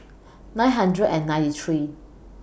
nine hundred and ninety three